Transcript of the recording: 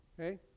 Okay